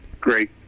great